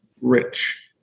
rich